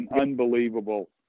unbelievable